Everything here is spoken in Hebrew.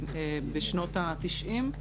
בשנות ה-90',